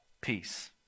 peace